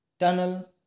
Tunnel